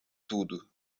tudo